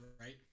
right